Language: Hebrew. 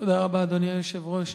אדוני היושב-ראש,